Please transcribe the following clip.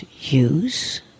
use